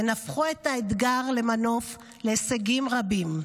הן הפכו את האתגר למנוף להישגים רבים.